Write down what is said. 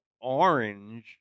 orange